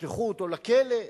ישלחו אותו לכלא.